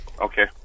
Okay